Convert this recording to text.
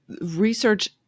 Research